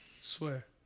Swear